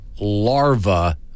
larva